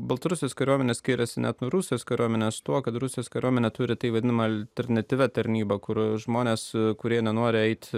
baltarusijos kariuomenės skiriasi net rusijos kariuomenės tuo kad rusijos kariuomenė turi tai vadinama alternatyvia tarnyba kur žmonės kurie nenori eiti